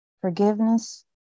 forgiveness